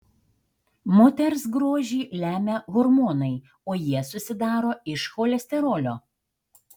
moters grožį lemia hormonai o jie susidaro iš cholesterolio